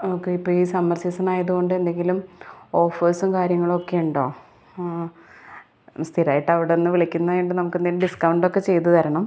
okay ഇപ്പോൾ ഈ summer സീസണായത് കൊണ്ട് എന്തെങ്കിലും ഓഫേഴ്സും കാര്യങ്ങളുമൊക്കെ ഉണ്ടോ സ്ഥിരമായിട്ട് അവിടെ നിന്ന് വിളിക്കുന്നത് ആയത് കൊണ്ട് നമ്മൾക്ക് എന്തെങ്കിലും ഡിസ്കൗണ്ട് ഒക്കെ ചെയ്ത് തരണം